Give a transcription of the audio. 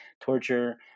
torture